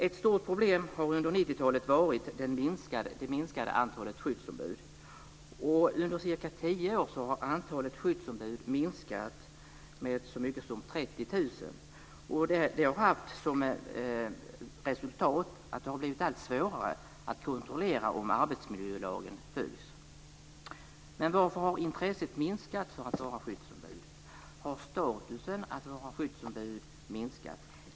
Ett stort problem har under 1990-talet varit det minskade antalet skyddsombud. Under ca 10 år har antalet skyddsombud minskat med så mycket som 30 000. Som ett resultat av det har det blivit allt svårare att kontrollera om arbetsmiljölagen följs. Men varför har intresset för att vara skyddsombud minskat? Har statusen minskat?